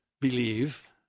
believe